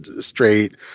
straight